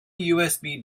usb